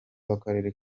w’akarere